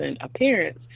appearance